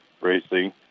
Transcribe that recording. racing